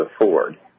afford